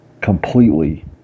completely